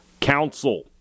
Council